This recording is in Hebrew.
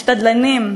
השדלנים,